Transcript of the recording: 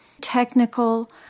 technical